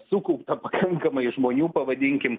sukaupta pakankamai žmonių pavadinkim